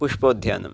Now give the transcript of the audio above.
पुष्पोध्यानम्